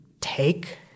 take